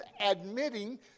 admitting